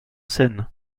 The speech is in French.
seine